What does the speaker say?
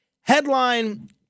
Headline